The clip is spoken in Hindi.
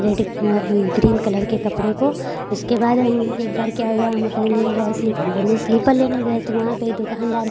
रेड ग्रीन कलर के कपड़े को उसके बाद हम एक बार क्या हुआ हम अपने लिए गए स्लीपर लेने स्लीपर लेने गए तो वहाँ पर दुकानदार